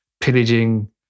pillaging